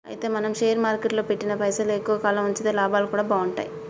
అయితే మనం షేర్ మార్కెట్లో పెట్టిన పైసలు ఎక్కువ కాలం ఉంచితే లాభాలు కూడా బాగుంటాయి